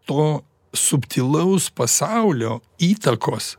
to subtilaus pasaulio įtakos